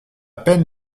peine